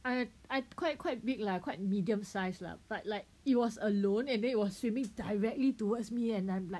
is I quite quite big lah quite medium size lah but like it was alone and then it was swimming directly towards me and I'm like